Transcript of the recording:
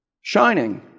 shining